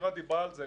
נירה דיברה על זה,